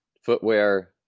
footwear